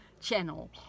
channel